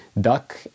Duck